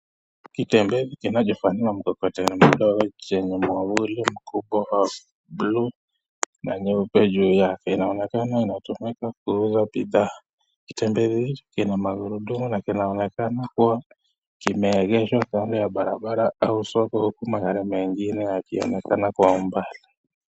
Kitembeni yenye kinachofanana na mkokoteni mdogo chenye mwamvuli mkubwa wa blue na nyeupe juu yake. Inaonekana inatumika kuuza bidhaa. Kitembe hicho kina magurudumu na kinaonekana kuwa kimeegeshwa kando ya barabara au soko huku magari mengine yakionekana kwa umbali.